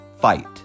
fight